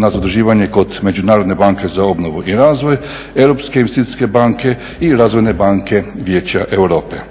na zaduživanje kod Međunarodne banke za obnovu i razvoj, Europske investicijske banke i razvojne banke Vijeća Europe.